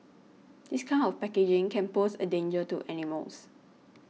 this kind of packaging can pose a danger to animals